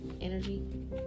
energy